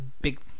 big